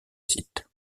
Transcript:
site